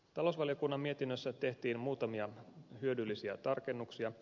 talousvaliokunnan mietinnössä tehtiin muutamia hyödyllisiä tarkennuksia